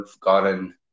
gotten